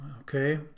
okay